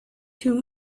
too